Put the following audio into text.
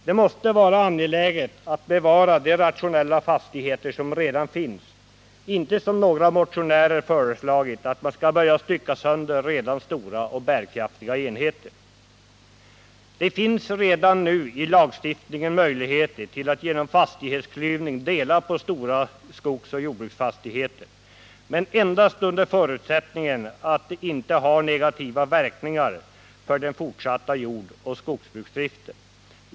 Det måste vara angeläget att bevara de rationella fastigheter som redan finns, och inte, som några motionärer föreslagit, att man skall börja stycka sönder redan stora och bärkraftiga enheter. Det finns redan nu i lagstiftningen möjligheter till att genom fastighetsklyvning dela på stora skogsoch jordbruksfastigheter, men endast under förutsättningen att det inte har negativa verkningar för den fortsatta jordoch skogsbruksdriften.